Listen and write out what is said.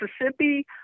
Mississippi